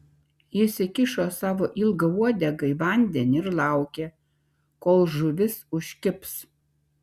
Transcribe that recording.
jis įkišo savo ilgą uodegą į vandenį ir laukė kol žuvis užkibs